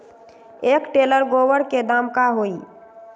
एक टेलर गोबर के दाम का होई?